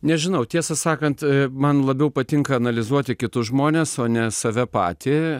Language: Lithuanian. nežinau tiesą sakant man labiau patinka analizuoti kitus žmones o ne save patį